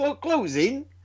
closing